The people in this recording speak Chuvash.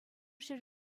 ҫӗр